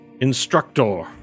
instructor